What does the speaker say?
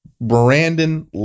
brandon